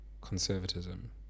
conservatism